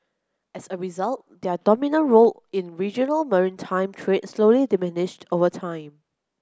as a result their dominant role in regional maritime trade slowly diminished over time